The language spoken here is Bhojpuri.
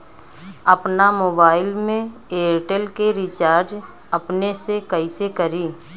आपन मोबाइल में एयरटेल के रिचार्ज अपने से कइसे करि?